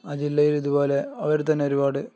ആ ജില്ലയിലിതുപോലെ അവര് തന്നെ ഒരുപാട്